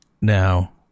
Now